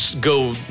go